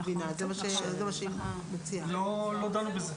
לא דנו בזה.